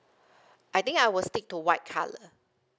I think I will stick to white colour